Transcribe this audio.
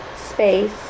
space